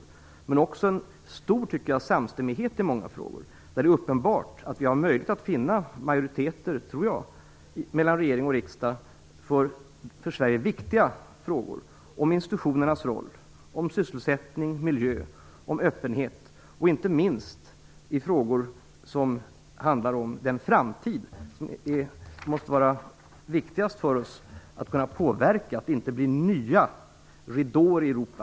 Men jag tycker också att det finns en stor samstämmighet i många frågor. Det är uppenbart att vi har möjlighet att finna majoriteter mellan regering och riksdag - tror jag - för frågor som är viktiga för Sverige. Det handlar t.ex. om institutionernas roll, om sysselsättning, om miljö, om öppenhet och inte minst om frågor som handlar om framtiden. Den måste vara det som är viktigast för oss att kunna påverka, så att det inte blir nya ridåer i Europa.